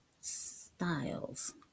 styles